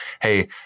hey